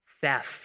theft